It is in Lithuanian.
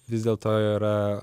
vis dėlto yra